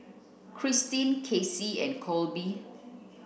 Christeen Cassie and Colby